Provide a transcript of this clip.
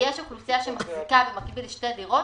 שיש אוכלוסייה שמחזיקה במקביל בשתי דירות,